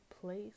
place